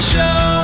Show